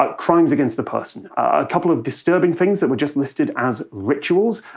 ah crimes against the person. a couple of disturbing things that were just listed as rituals.